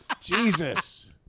Jesus